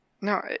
No